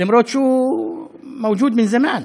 אף שהוא נמצא מזמן.